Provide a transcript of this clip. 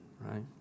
right